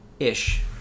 ish